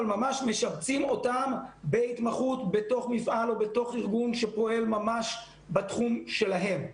משבצים אותם בהתמחות בתוך מפעל או בתוך ארגון שפועל ממש בתחום שלהם,